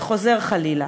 וחוזר חלילה.